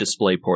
DisplayPort